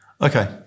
Okay